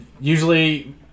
usually